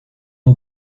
ans